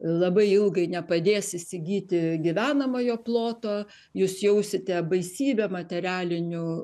labai ilgai nepadės įsigyti gyvenamojo ploto jūs jausite baisybę materialinių